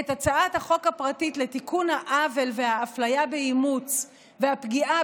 את הצעת החוק הפרטית לתיקון העוול והאפליה באימוץ והפגיעה